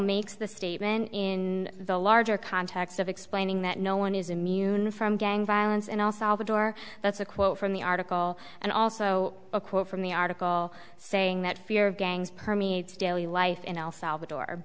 makes the statement in the larger context of explaining that no one is immune from gang violence and also all the door that's a quote from the article and also a quote from the article saying that fear of gangs permeates daily life in el salvador